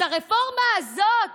הרפורמה הזאת